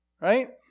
Right